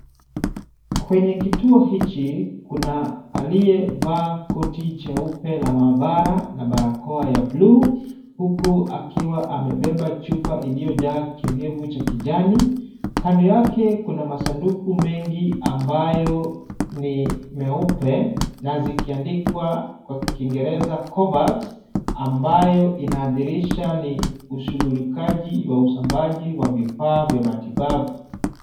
Kwenye kituo hiki kuna aliyevaa koti jeupe la maabara na barakoa ya bluu huku akiwa amebeba chupa iliyojaa kiowevu cha kijani. Kando yake kuna masanduku mengi ambayo ni meupe na zikiandikwa kwa Kiingereza covax ambayo inaadhirisha ni ushughulikaji wa usambaji wa vifaa vya matibabu.